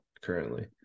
currently